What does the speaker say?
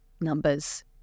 numbers